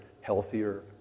healthier